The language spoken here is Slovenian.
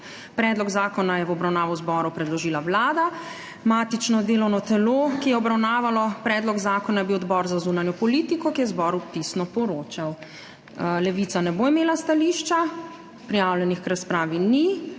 Predlog zakona je v obravnavo zboru predložila Vlada. Matično delovno telo, ki je obravnavalo predlog zakona, je bil Odbor za zunanjo politiko, ki je zboru pisno poročal. Levica ne bo imela stališča. Prijavljenih k razpravi ni.